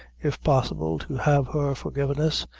if possible, to have her forgiveness,